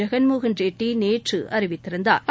ஜெகன்மோகன் ரெட்டி நேற்று அறிவித்திருந்தாா்